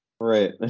Right